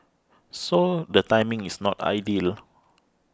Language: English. so the timing is not ideal